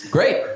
Great